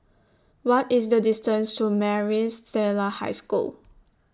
What IS The distance to Maris Stella High School